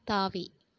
தாவி